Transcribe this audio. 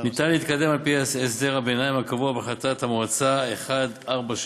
ניתן להתקדם על-פי הסדר הביניים הקבוע בהחלטת המועצה 1473,